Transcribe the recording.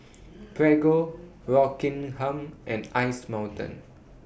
Prego Rockingham and Ice Mountain